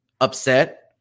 upset